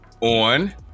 on